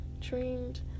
trained